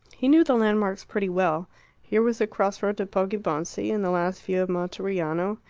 he knew the landmarks pretty well here was the crossroad to poggibonsi and the last view of monteriano,